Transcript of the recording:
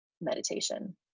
meditation